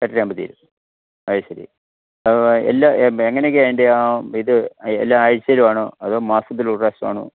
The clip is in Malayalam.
എത്തിയാൽ മതി അതുശരി എല്ലാ എങ്ങനെയൊക്കയാ അതിൻ്റെ ആ ഇത് എല്ലാ ആഴ്ച്ചയിലുമാണോ അതോ മാസത്തിലൊരു പ്രാവശ്യം ആണോ